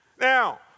Now